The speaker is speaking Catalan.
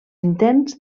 intents